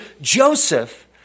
Joseph